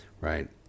right